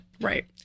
Right